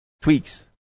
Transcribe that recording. Tweaks